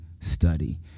study